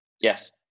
Yes